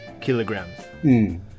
kilograms